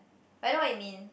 but I know what you mean